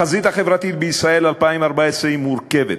החזית החברתית בישראל 2014 היא מורכבת,